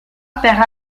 perd